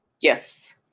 Yes